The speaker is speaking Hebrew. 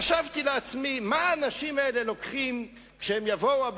חשבתי לעצמי מה האנשים האלה לוקחים הביתה,